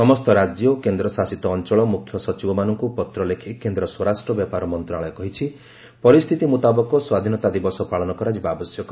ସମସ୍ତ ରାଜ୍ୟ ଓ କେନ୍ଦ୍ରଶାସିତ ଅଞ୍ଚଳ ମୁଖ୍ୟ ସଚିବମାନଙ୍କୁ ପତ୍ର ଲେଖି କେନ୍ଦ୍ର ସ୍ୱରାଷ୍ଟ୍ର ବ୍ୟାପାର ମନ୍ତ୍ରଣାଳୟ କହିଛି ପରିସ୍ଥିତି ମୁତାବକ ସ୍ୱାଧୀନତା ଦିବସ ପାଳନ କରାଯିବା ଆବଶ୍ୟକ